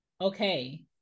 okay